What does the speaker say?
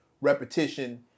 repetition